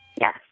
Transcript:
yes